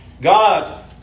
God